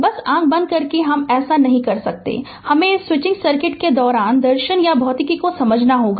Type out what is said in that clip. बस आँख बंद करके हम ऐसा नहीं कर सकते हैं हमें इस स्विचिंग सर्किट के दौरान दर्शन या भौतिकी को समझना होगा